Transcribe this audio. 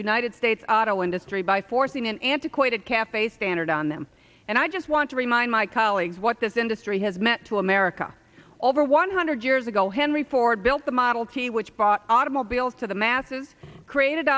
united states auto industry by forcing an antiquated cafe standard on them and i just want to remind my colleagues what this industry has meant to america over one hundred years ago henry ford built the model t which brought automobiles to the masses created